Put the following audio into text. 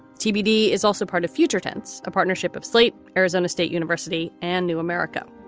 tbd is also part of future tense, a partnership of slate, arizona state university and new america.